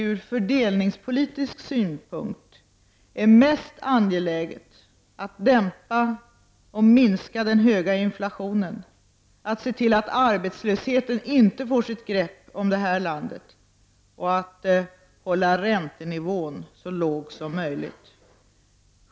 Ur fördelningspolitisk synpunkt är det självfallet mest angeläget att dämpa och minska den höga inflationen, att se till att arbetslösheten inte får sitt grepp om landet och att hålla räntenivån så låg som möjligt.